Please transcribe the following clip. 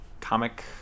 comic